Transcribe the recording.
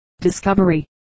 discovery